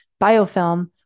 biofilm